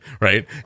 Right